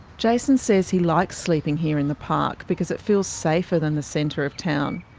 jason says he likes sleeping here in the park because it feels safer than the centre of town.